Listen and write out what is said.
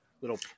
little